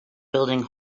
building